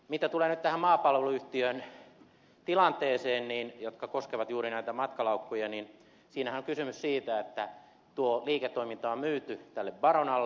mitä tulee nyt tähän maapalveluyhtiön tilanteeseen joka koskee juuri näitä matkalaukkuja niin siinähän on kysymys siitä että tuo liiketoiminta on myyty tälle baronalle